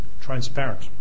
transparent